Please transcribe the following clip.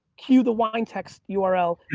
cue the wine text yeah url